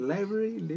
Library